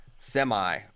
Semi